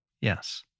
Yes